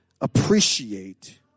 appreciate